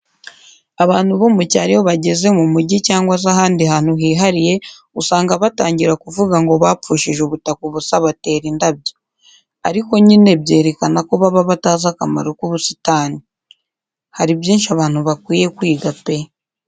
Abantu bo mu cyaro iyo bageze mu mujyi cyangwa se ahandi hantu hihariye, usanga batangira kuvuga ngo bapfushije ubutaka ubusa batera indabyo. Ariko nyine byerekana ko baba batazi akamaro k'ubusitani. Hari byinshi abantu bikwiye kwiga pe!